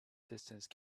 distance